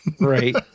Right